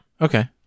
Okay